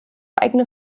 eigene